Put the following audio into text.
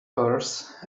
earth